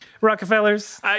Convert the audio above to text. Rockefellers